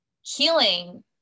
healing